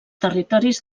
territoris